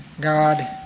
God